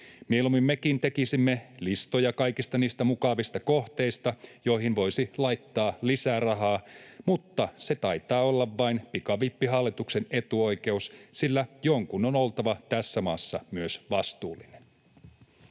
Mieluummin mekin tekisimme listoja kaikista niistä mukavista kohteista, joihin voisi laittaa lisää rahaa, mutta se taitaa olla vain pikavippihallituksen etuoikeus, sillä jonkun on oltava tässä maassa myös vastuullinen.